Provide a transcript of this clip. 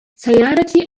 سيارتي